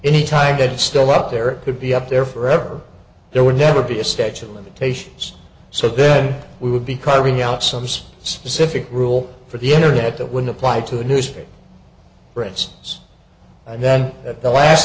any time good still up there could be up there forever there would never be a statute of limitations so then we would be carving out sums specific rule for the internet that would apply to a newspaper prince and then the last